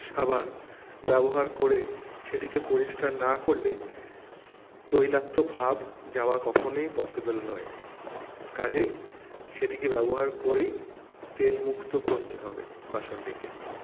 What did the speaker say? সাবান ব্যবহার করে সেটিকে পরিষ্কার না করলে তৈলাক্ত ভাব যাওয়া কখনোই পসিবল নয় কাজেই সেটিকে ব্যবহার করেই তেলমুক্ত করতে হবে বাসনটিকে